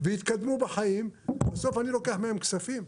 ויתקדמו בחיים, בסוף אני לוקח מהם כספים?